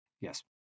Yes